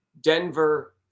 Denver